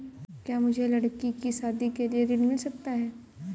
क्या मुझे लडकी की शादी के लिए ऋण मिल सकता है?